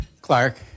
Clark